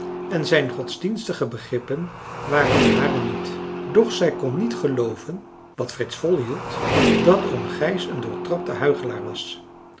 en zijn godsdienstige begrippen waren de hare niet doch zij kon niet gelooven wat frits volhield dat oom gijs een doortrapte huichelaar was